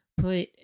put